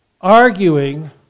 arguing